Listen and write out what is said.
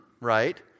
right